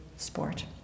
sport